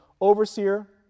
overseer